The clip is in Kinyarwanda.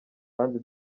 kandi